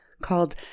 called